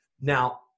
Now